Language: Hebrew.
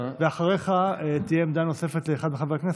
אחריך תהיה עמדה נוספת לאחד מחברי הכנסת,